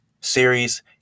series